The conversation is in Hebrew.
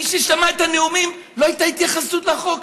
מי ששמע את הנאומים, לא הייתה התייחסות לחוק.